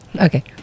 Okay